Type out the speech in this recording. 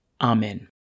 Amen